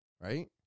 right